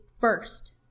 first